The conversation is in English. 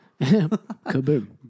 Kaboom